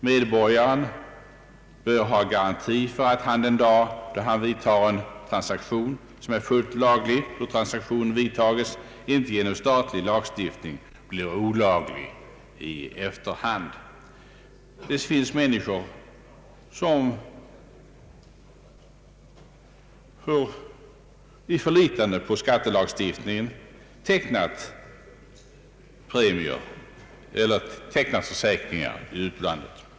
Medborgaren bör ha garanti för att en transaktion, som är fullt laglig den dag den görs, inte genom statlig lagstiftning blir olaglig i efterhand. Det finns människor som i förlitande på gällande skattelagstiftning tecknat försäkringar i utlandet. Sådana försäkringar bör rimligen inte angripas.